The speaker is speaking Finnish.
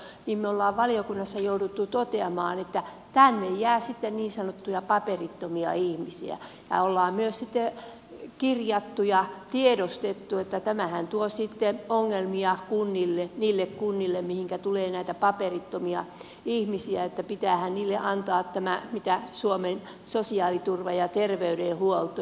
me olemme valiokunnassa joutuneet toteamaan että tänne jää sitten niin sanottuja paperittomia ihmisiä ja olemme myös kirjanneet ja tiedostaneet että tämähän tuo sitten ongelmia niille kunnille mihinkä tulee näitä paperittomia ihmisiä että pitäähän heille antaa suomen sosiaaliturva ja terveydenhuolto